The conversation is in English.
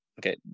okay